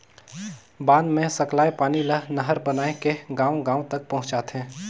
बांध मे सकलाए पानी ल नहर बनाए के गांव गांव तक पहुंचाथें